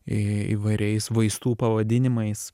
į įvairiais vaistų pavadinimais